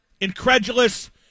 incredulous